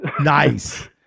nice